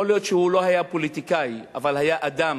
יכול להיות שהוא לא היה פוליטיקאי, אבל היה אדם,